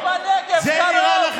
הם פה בנגב, קרוב, זה נראה לכם?